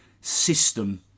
system